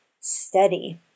steady